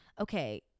okay